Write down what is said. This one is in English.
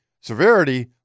severity